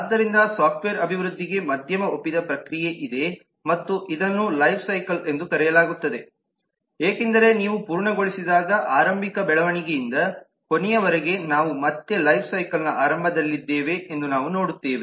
ಆದ್ದರಿಂದ ಸಾಫ್ಟ್ವೇರ್ ಅಭಿವೃದ್ಧಿಗೆ ಮಧ್ಯಮ ಒಪ್ಪಿದ ಪ್ರಕ್ರಿಯೆ ಇದೆ ಮತ್ತು ಇದನ್ನು ಲೈಫ್ಸೈಕಲ್ ಎಂದು ಕರೆಯಲಾಗುತ್ತದೆ ಏಕೆಂದರೆ ನೀವು ಪೂರ್ಣಗೊಳಿಸಿದಾಗ ಆರಂಭಿಕ ಬೆಳವಣಿಗೆಯಿಂದ ಕೊನೆಯವರೆಗೆ ನಾವು ಮತ್ತೆ ಲೈಫ್ಸೈಕಲ್ನ ಆರಂಭದಲ್ಲಿದ್ದೇವೆ ಎಂದು ನಾವು ನೋಡುತ್ತೇವೆ